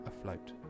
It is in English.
afloat